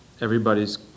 everybody's